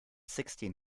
sixteen